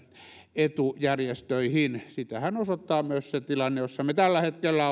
etujärjestöihin sitähän osoittaa myös se tilanne jossa me tällä hetkellä